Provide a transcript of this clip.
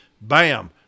Bam